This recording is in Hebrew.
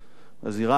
בזירה המדינית,